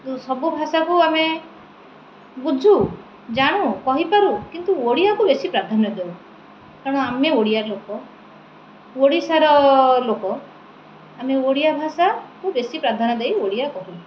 ତ ସବୁ ଭାଷାକୁ ଆମେ ବୁଝୁ ଜାଣୁ କହିପାରୁ କିନ୍ତୁ ଓଡ଼ିଆକୁ ବେଶୀ ପ୍ରାଧାନ୍ୟ ଦେଉ କାରଣ ଆମେ ଓଡ଼ିଆ ଲୋକ ଓଡ଼ିଶାର ଲୋକ ଆମେ ଓଡ଼ିଆ ଭାଷାକୁ ବେଶୀ ପ୍ରାଧାନ୍ୟ ଦେଇ ଓଡ଼ିଆ କହୁ